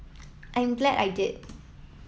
I'm glad I did